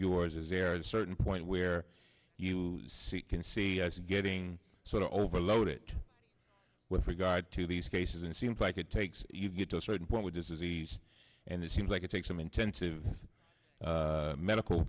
yours is there a certain point where you see can see as getting so overloaded with regard to these cases and seems like it takes you get to a certain point with this is a and it seems like it takes some intensive medical